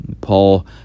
Paul